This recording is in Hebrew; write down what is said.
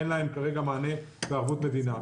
אין להם כרגע מענה בערבות מדינה.